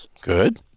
Good